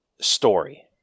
story